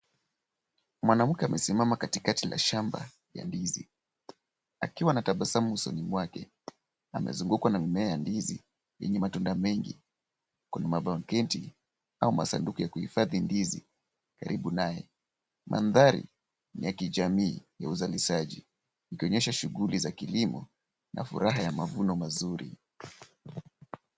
Mwanamke amesimama katikati la shamba ya ndizi, akiwa anatabasamu usoni mwake, amezungukwa na mimea ya ndizi. Ili matunda mengi. Kuna mabaketi au masanduku ya kuhifadhi ndizi karibu naye, mandhari ya kijamii ni uzalishaji, tukionyesha shughuli za kilimo na furaha ya mavuno mazuri.